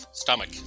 stomach